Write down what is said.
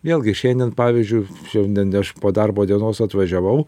vėlgi šiandien pavyzdžiui šiandien aš po darbo dienos atvažiavau